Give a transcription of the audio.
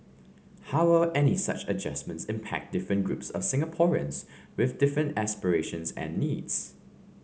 how will any such adjustments impact different groups of Singaporeans with different aspirations and needs